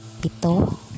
pito